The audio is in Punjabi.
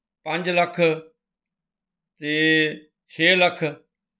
ਪੰਜ ਲੱਖ ਅਤੇ ਛੇ ਲੱਖ